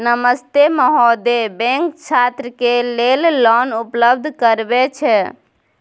नमस्ते महोदय, बैंक छात्र के लेल लोन उपलब्ध करबे छै?